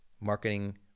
marketing